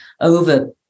over